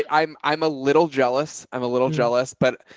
ah i'm i'm a little jealous. i'm a little jealous, but